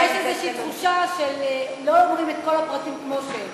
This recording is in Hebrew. כי יש איזושהי תחושה שלא אומרים את כל הפרטים כמו שהם.